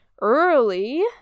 early